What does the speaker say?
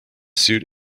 suit